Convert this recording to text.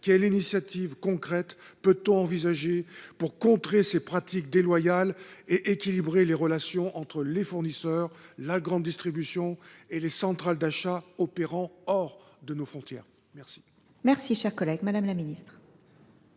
quelles initiatives concrètes peut on envisager pour contrer ces pratiques déloyales et équilibrer les relations entre les fournisseurs, la grande distribution et les centrales d’achat opérant hors de nos frontières ? La